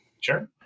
Sure